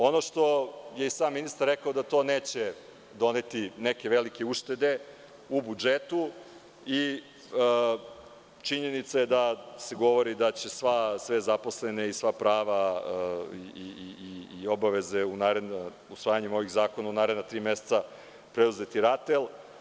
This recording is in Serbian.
Ono što je i sam ministar rekao, da to neće doneti neke velike uštede u budžetu i činjenica je da se govori da će sve zaposlene i sva prava i obaveze usvajanjem ovih zakona u naredna tri meseca preuzeti RATEL.